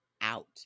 out